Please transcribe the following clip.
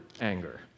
anger